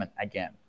again